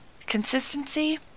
Consistency